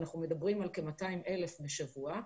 אנחנו מדברים על כ-200,000 בשבוע,